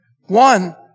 One